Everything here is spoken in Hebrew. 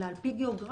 אלא על פי גיאוגרפיה.